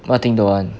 what thing don't want